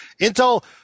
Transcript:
Intel